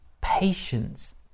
Patience